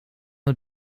het